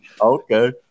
Okay